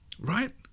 right